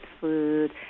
food